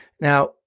Now